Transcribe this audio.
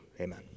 Amen